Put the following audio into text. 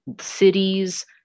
cities